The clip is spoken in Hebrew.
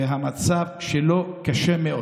והמצב שלו קשה מאוד.